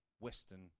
Western